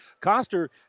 Coster